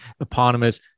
eponymous